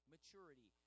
maturity